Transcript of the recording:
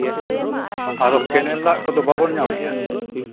ᱟᱫᱚ ᱠᱮᱱᱮᱞ ᱫᱟᱜ ᱠᱚᱫᱚ ᱵᱟᱵᱚᱱ ᱧᱟᱢᱮᱫᱼᱟ